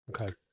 Okay